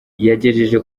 yagejeje